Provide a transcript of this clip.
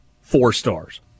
four-stars